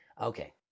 okay